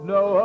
no